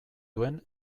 duen